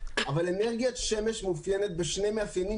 אבל אנרגיית שמש מאופיינת בשני מאפיינים